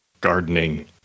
gardening